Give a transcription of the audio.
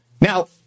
Now